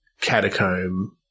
catacomb